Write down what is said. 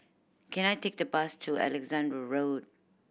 can I take the bus to Alexandra Road